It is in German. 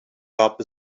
gab